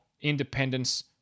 Independence